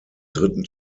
dritten